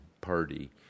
Party